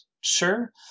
sure